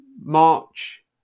March